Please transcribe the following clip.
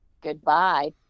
goodbye